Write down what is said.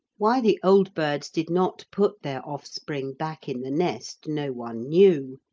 why the old birds did not put their offspring back in the nest no one knew.